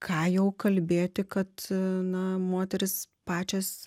ką jau kalbėti kad na moterys pačios